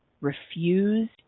refused